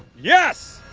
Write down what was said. yes.